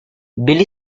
billy